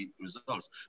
results